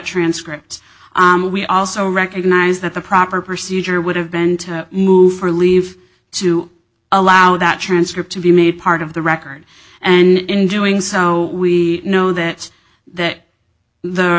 transcript we also recognize that the proper procedure would have been to move for leave to allow that transcript to be made part of the record and in doing so we know that that the